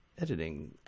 editing